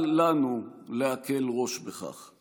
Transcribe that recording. אל לנו להקל ראש בכך.